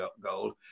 gold